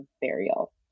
burial